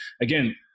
again